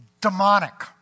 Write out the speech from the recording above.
demonic